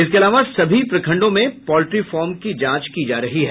इसके अलावा सभी प्रखंडों में पॉलेट्री फार्म की जांच की जा रही है